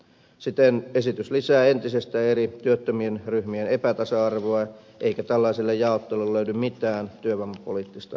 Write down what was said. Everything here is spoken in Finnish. siten esitys lisää entisestään eri työttömien ryhmien epätasa arvoa eikä tällaiselle jaottelulle löydy mitään työvoimapoliittista perustetta